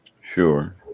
Sure